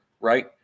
right